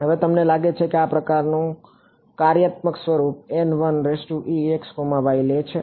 હવે તમને લાગે છે કે આ કયા પ્રકારનું કાર્યાત્મક સ્વરૂપ લે છે